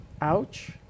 Ouch